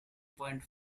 point